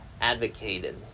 advocated